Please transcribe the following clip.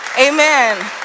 Amen